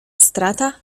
strata